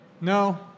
No